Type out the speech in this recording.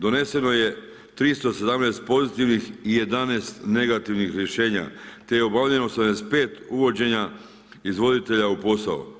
Doneseno je 317 pozitivnih i 11 negativnih rješenja, te je obavljeno 85 uvođenja izvoditelja u posao.